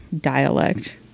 dialect